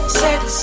sex